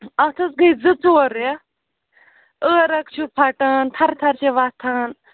اَتھ حظ گٔے زٕ ژور رٮ۪تھ عٲرق چھِ پھَٹان تھَر تھَر چھِ وَتھان